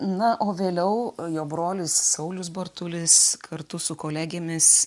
na o vėliau jo brolis saulius bartulis kartu su kolegėmis